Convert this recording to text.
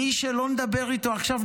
מי שלא נדבר איתו עכשיו,